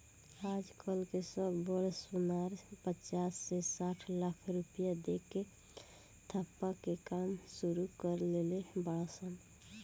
आज कल के सब बड़ सोनार पचास से साठ लाख रुपया दे के ठप्पा के काम सुरू कर देले बाड़ सन